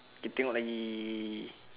kita tengok lagi